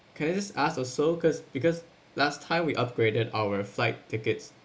can I just ask also cause because last time we upgraded our flight tickets